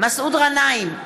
מסעוד גנאים,